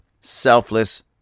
selfless